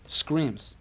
screams